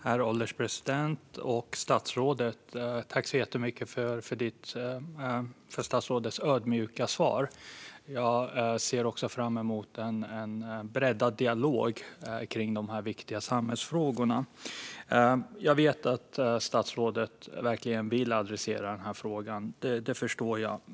Herr ålderspresident och statsrådet! Jag tackar så mycket för statsrådets ödmjuka svar. Jag ser också fram emot en breddad dialog kring dessa viktiga samhällsfrågor. Jag vet att statsrådet verkligen vill adressera den här frågan. Det förstår jag.